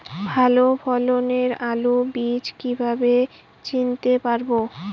ভালো ফলনের আলু বীজ কীভাবে চিনতে পারবো?